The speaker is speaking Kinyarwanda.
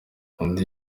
undi